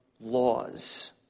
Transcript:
laws